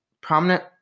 prominent